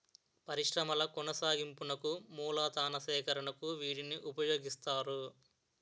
పరిశ్రమల కొనసాగింపునకు మూలతన సేకరణకు వీటిని ఉపయోగిస్తారు